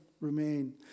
remain